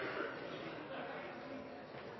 Det er